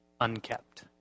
unkept